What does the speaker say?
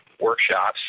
workshops